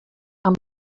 amb